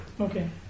Okay